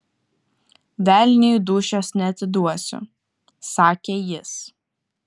velniui dūšios neatiduosiu sakė jis